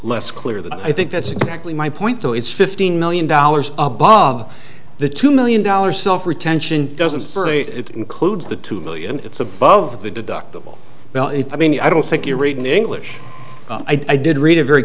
less clear than i think that's exactly my point though it's fifteen million dollars above the two million dollars self retention doesn't assert it includes the two million it's above the deductible well if i mean i don't think you're reading english i did read it very